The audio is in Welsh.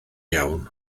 iawn